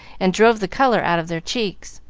and drove the color out of their cheeks.